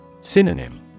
Synonym